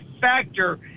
factor